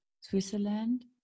Switzerland